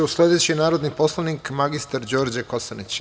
Sledeći je narodni poslanik mr Đorđe Kosanić.